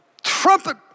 trumpet